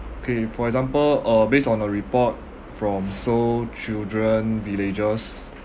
K for example uh based on a report from S_O_S children villages